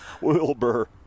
Wilbur